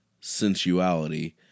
sensuality